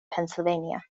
pennsylvania